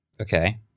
okay